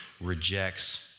rejects